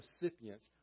recipients